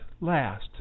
last